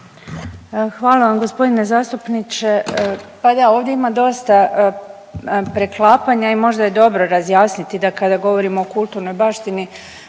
Hvala vam g. zastupniče. Pa da ovdje ima dosta preklapanja i možda je dobro razjasniti da kada govorimo o kulturnoj baštini